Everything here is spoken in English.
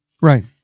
Right